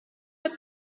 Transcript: but